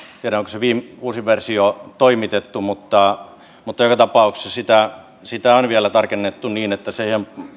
tiedä onko se uusin versio toimitettu mutta mutta joka tapauksessa sitä sitä on vielä tarkennettu niin että se